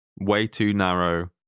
way-too-narrow